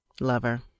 Lover